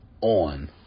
on